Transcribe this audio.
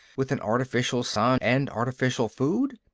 with an artificial sun and artificial food.